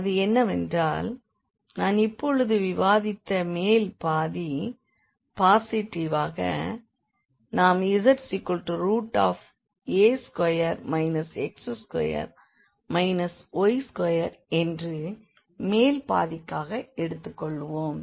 அது என்னவென்றால் நான் இப்பொழுது விவாதித்த மேல் பாதி பாசிடிவ்காக நாம் za2 x2 y2 என்று மேல் பாதிக்காக எடுத்துக்கொள்வோம்